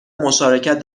مشارکت